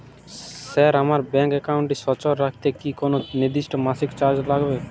Sir আমার bank একাউন্টটি সচল রাখতে কি কোনো নির্দিষ্ট মাসিক চার্জ লাগবে?